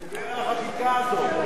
הוא דיבר על החקיקה הזאת.